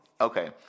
okay